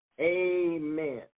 Amen